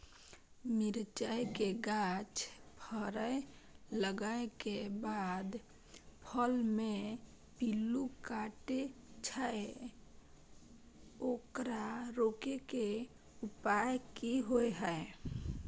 मिरचाय के गाछ फरय लागे के बाद फल में पिल्लू काटे छै ओकरा रोके के उपाय कि होय है?